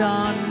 on